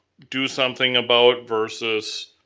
do something about versus